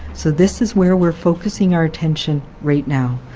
so this is where we're focusing our attention right now.